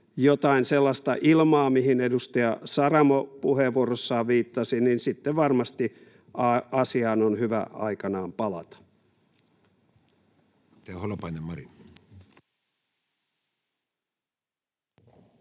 jotain sellaista ilmaa, mihin edustaja Saramo puheenvuorossaan viittasi, varmasti asiaan on hyvä aikanaan palata.